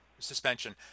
suspension